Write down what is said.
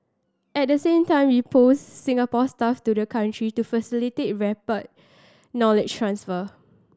at the same time we posted Singapore staff to the country to facilitate rapid knowledge transfer